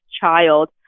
child